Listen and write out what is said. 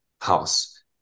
house